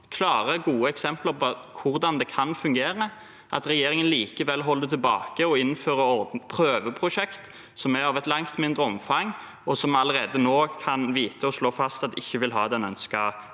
klare, gode eksempler på hvordan det kan fungere, holder regjeringen likevel tilbake og innfører et prøveprosjekt som er av langt mindre omfang, og som vi allerede nå kan vite og slå fast at ikke vil ha den ønskede